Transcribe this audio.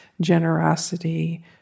generosity